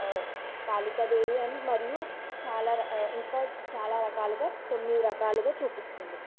కాళికాదేవి అని మరియు చాలా ఇంకా చాలా రకాలుగా తొమ్మిది రకాలుగా చూపిస్తుంది